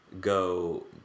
go